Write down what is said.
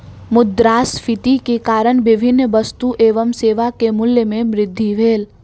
मुद्रास्फीति के कारण विभिन्न वस्तु एवं सेवा के मूल्य में वृद्धि भेल